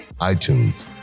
iTunes